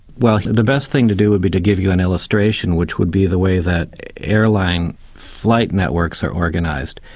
well the best thing to do would be to give you an illustration, which would be the way that airline flight networks are organised.